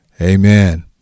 Amen